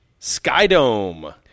Skydome